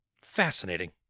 Fascinating